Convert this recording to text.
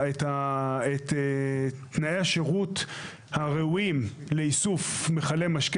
את תנאי השירות הראויים לאיסוף מכלי משקה